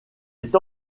est